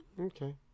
Okay